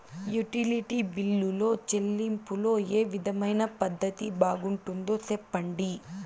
Utility బిల్లులో చెల్లింపులో ఏ విధమైన పద్దతి బాగుంటుందో సెప్పండి?